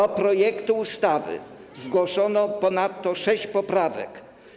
Do projektu ustawy zgłoszono ponadto sześć poprawek.